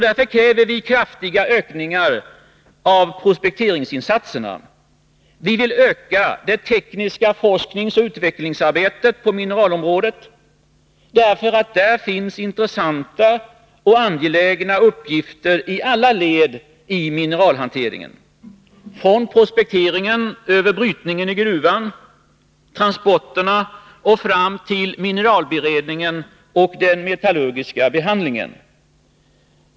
Därför kräver vi kraftiga ökningar av prospekteringsinsatserna. Vi vill öka det tekniska forskningsoch utvecklingsarbetet på mineralområdet — där finns intressanta och angelägna uppgifter i alla led av mineralhanteringen, från prospektering över brytning i gruvan och transporterna, fram till mineralberedningen och den metallurgiska behandlingen.